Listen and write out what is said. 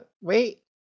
wait